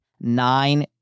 Nine